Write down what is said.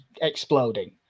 exploding